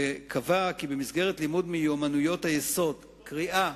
וקבע כי במסגרת לימוד מיומנויות היסוד, קריאה,